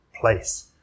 place